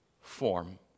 form